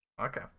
Okay